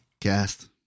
cast